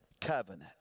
covenant